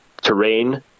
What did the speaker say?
terrain